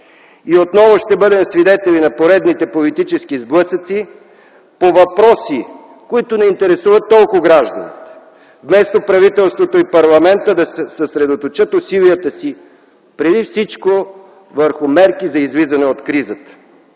Отново ще бъдем свидетели на поредните политически сблъсъци по въпроси, които не интересуват толкова гражданите вместо правителството и парламентът да съсредоточат усилията преди всичко върху мерките за излизане от кризата,